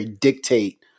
dictate